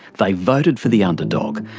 they voted for the underdog,